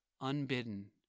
unbidden